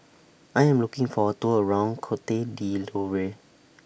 I Am looking For A Tour around Cote D'Ivoire